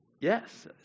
Yes